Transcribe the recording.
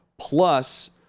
Plus